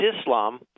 Islam